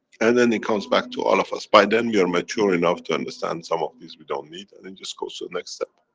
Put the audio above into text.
and then it comes back to all of us. by then you're mature enough to understand some of this we don't need, and it just goes to the next step.